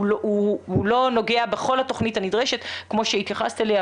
הוא לא נוגע בכל התוכנית הנדרשת כמו שהתייחסת אליה,